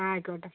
ആയിക്കോട്ടെ